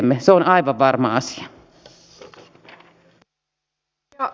se on aivan varma asia